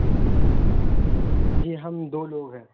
جی جی ہم دو لوگ ہیں